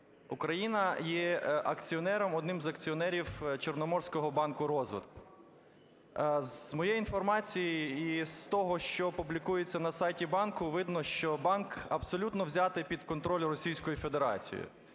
акціонером, одним з акціонерів Чорноморського банку розвитку. З моєї інформації і з того, що публікується на сайті банку, видно, що банк абсолютно взятий під контроль Російською Федерацією.